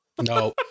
no